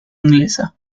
inglesa